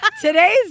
Today's